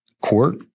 court